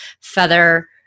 feather